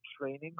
training